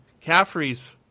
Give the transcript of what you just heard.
Caffrey's